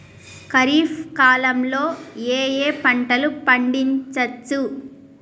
ఖరీఫ్ కాలంలో ఏ ఏ పంటలు పండించచ్చు?